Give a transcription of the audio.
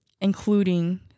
including